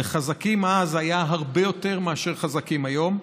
וחזקים אז היו הרבה יותר מחזקים היום.